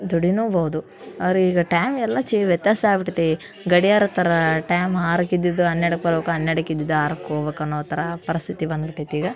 ದುಡಿಲೂಬೌದು ಅವ್ರು ಈಗ ಟೈಮ್ ಎಲ್ಲ ಚೆ ವ್ಯತ್ಯಾಸ ಆಗ್ಬಿಟ್ಟೈತೆ ಗಡ್ಯಾರ ಥರ ಟೈಮ್ ಆರಕ್ಕಿದ್ದಿದ್ದು ಹನ್ನೆರಡಕ್ಕೆ ಬರಬೇಕು ಹನ್ನೆರಡಕ್ಕೆ ಇದ್ದಿದ್ದು ಆರಕ್ಕೆ ಹೊಗ್ಬೇಕು ಅನ್ನೋ ಥರ ಪರಸ್ಥಿತಿ ಬಂದ್ಬಿಟ್ಟೈತೆ ಈಗ